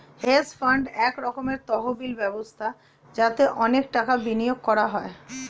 hedge fund এক রকমের তহবিল ব্যবস্থা যাতে অনেক টাকা বিনিয়োগ করতে হয়